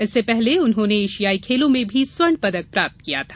इससे पहले उन्होंने एशियाई खेलों में भी स्वर्ण पदक प्राप्त किया था